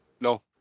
no